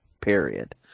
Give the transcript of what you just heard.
Period